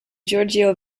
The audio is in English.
giorgio